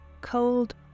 cold